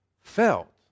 felt